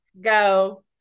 go